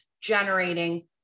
generating